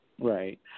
right